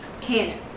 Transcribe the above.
canon